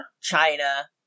China